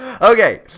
Okay